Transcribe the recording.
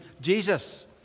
Jesus